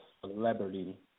celebrity